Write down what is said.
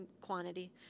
quantity